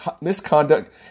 misconduct